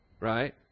Right